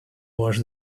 wash